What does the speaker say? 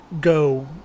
go